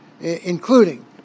including